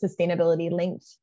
sustainability-linked